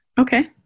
Okay